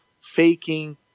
faking